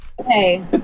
Okay